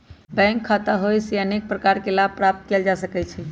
bank खता होयेसे अनेक प्रकार के लाभ प्राप्त कएल जा सकइ छै